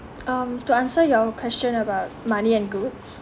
um to answer your question about money and goods